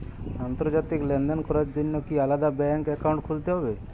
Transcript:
আন্তর্জাতিক লেনদেন করার জন্য কি আলাদা ব্যাংক অ্যাকাউন্ট খুলতে হবে?